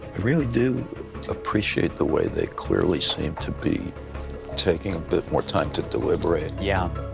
really do appreciate the way they clearly seem to be taking a bit more time to deliberate. yeah.